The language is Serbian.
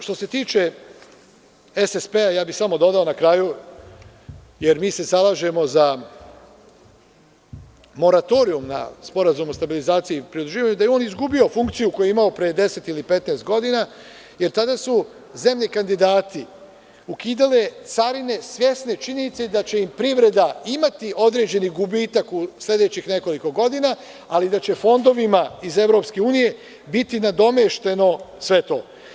Što se tiče SSP, samo bih dodao na kraju, jer mi se zalažemo za moratorijum na SSP, da je on izgubio funkciju koju je imao pre 10 ili 15 godina, jer tada su zemlje kandidati ukidale carine svesne činjenice da će im privreda imati određeni gubitak u sledećih nekoliko godina, ali da će fondovima iz Evropske unije biti nadomešteno sve to.